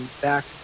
back